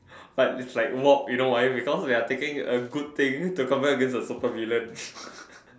but is like walk you know why because we are taking the good thing to combat against the super villain